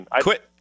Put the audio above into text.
Quit